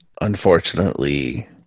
unfortunately